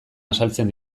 azaltzen